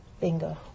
Bingo